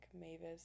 Mavis